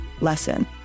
lesson